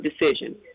decision